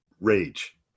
rage